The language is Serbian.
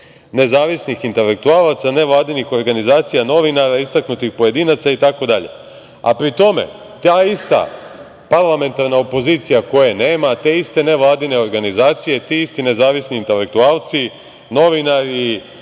nezavisnih intelektualaca nevladinih organizacija, novinara, istaknutih pojedinaca i tako dalje. Pri tome, ta ista parlamentarna opozicija koje nema, te iste nevladine organizacije, ti isti nezavisni intelektualci, novinari